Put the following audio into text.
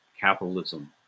capitalism